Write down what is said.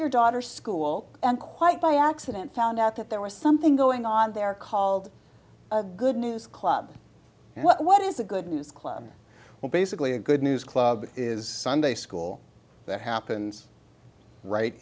your daughter's school and quite by accident found out that there was something going on there called the good news club what is the good news club where basically a good news club is sunday school that happens right